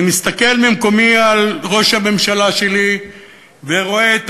אני מסתכל ממקומי על ראש הממשלה שלי ורואה את